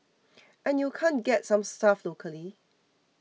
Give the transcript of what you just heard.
and you can't get some stuff locally